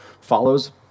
follows